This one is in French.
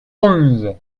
onze